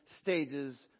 stages